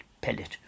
pellet